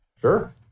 Sure